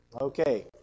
Okay